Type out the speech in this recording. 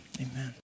amen